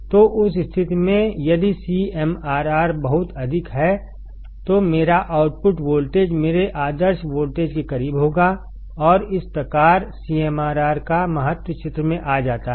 तो उस स्थिति में यदि CMRR बहुत अधिक है तो मेरा आउटपुट वोल्टेज मेरे आदर्श वोल्टेज के करीब होगा और इस प्रकारCMRRका महत्वचित्र में आ जाता है